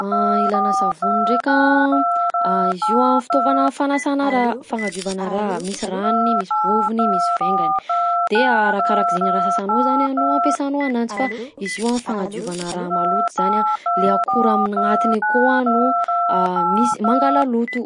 Ilana savony ndraika: izy io a fitaovana fanasana raha, fagnadiovana raha! Misy ranony, misy vovony, misy vaingany. De arakarak'zaigny raha sasanao zany a no ampiasanao ananjy fa izy io a fagnadiovana raha maloto zany a, le akora amin'agnatiny akao a no misy mangala loto.